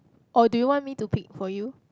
or do you want me to pick for you